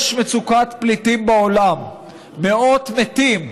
יש מצוקת פליטים בעולם, מאות מתים,